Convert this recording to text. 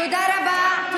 תודה רבה.